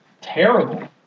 terrible